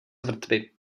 vrtby